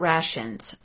Rations